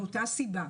מאותה סיבה.